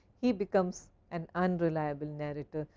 he becomes an unreliable narrator.